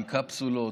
עם קפסולות.